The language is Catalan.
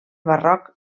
barroc